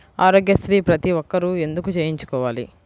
ఆరోగ్యశ్రీ ప్రతి ఒక్కరూ ఎందుకు చేయించుకోవాలి?